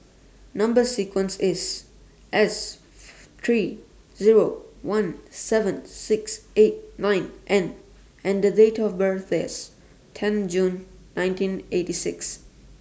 Number sequence IS S three Zero one seven six eight nine N and The Date of birth IS ten June nineteen eighty six